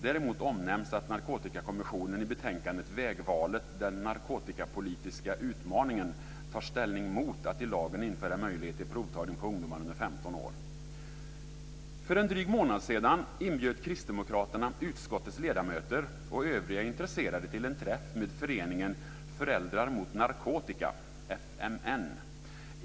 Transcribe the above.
Däremot omnämns att den narkotikapolitiska utmaningen tar ställning mot att i lagen införa möjlighet till provtagning på ungdomar under 15 år. För en dryg månad sedan inbjöd kristdemokraterna utskottets ledamöter och övriga intresserade till en träff med föreningen Föräldrar mot narkotika, FMN.